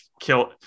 kill